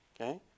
Okay